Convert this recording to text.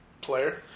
player